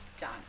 Done